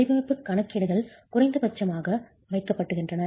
வடிவமைப்பு கணக்கீடுகள் குறைந்தபட்சமாக வைக்கப்படுகின்றன